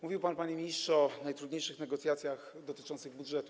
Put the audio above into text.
Mówił pan, panie ministrze, o najtrudniejszych negocjacjach dotyczących budżetu.